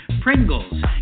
Pringles